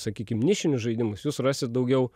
sakykim nišinius žaidimus jūs rasit daugiau